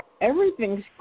Everything's